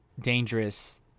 dangerous